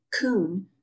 coon